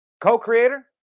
co-creator